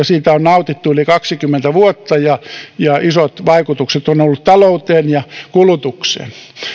siitä on nautittu yli kaksikymmentä vuotta ja ja isot vaikutukset on on ollut talouteen ja kulutukseen